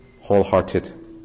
wholehearted